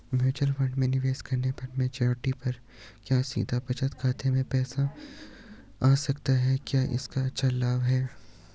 Mutual fund में निवेश करने पर मैच्योरिटी पर क्या सीधे बचत खाते में पैसे आ सकते हैं क्या इसका अच्छा लाभ है?